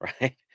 right